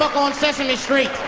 on sesame street.